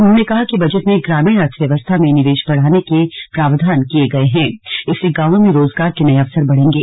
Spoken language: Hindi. उन्होंने कहा कि बजट में ग्रामीण अर्थव्यवस्था में निवेश बढ़ाने के प्रावधान किये गये हैं इससे गांवों में रोजगार के नए अवसर बढ़ेंगे